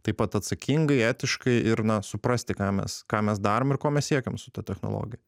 taip pat atsakingai etiškai ir na suprasti ką mes ką mes darom ir ko mes siekiam su ta technologija